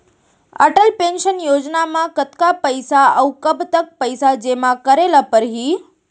Atal pension Yojana म कतका पइसा, अऊ कब तक पइसा जेमा करे ल परही?